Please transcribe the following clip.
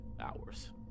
hours